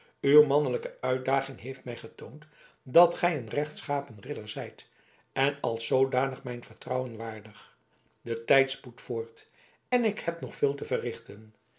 uw mannelijke uitdaging heeft mij getoond dat gij een rechtschapen ridder zijt en als zoodanig mijn vertrouwen waardig de tijd spoedt voort en ik heb nog veel te verrichten